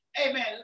amen